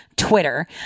Twitter